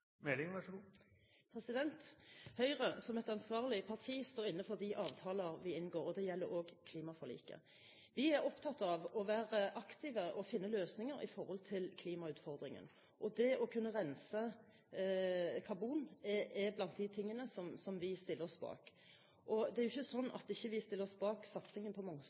Som et ansvarlig parti står Høyre inne for de avtaler vi inngår. Det gjelder også klimaforliket. Vi er opptatt av å være aktive og finne løsninger med hensyn til klimautfordringen. Det å kunne rense karbon er blant de tingene som vi stiller oss bak. Det er jo ikke slik at vi ikke stiller oss bak satsingen på